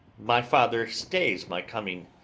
my father stays my coming